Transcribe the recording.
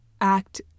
act